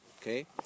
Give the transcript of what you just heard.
Okay